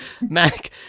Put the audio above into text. Mac